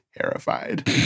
terrified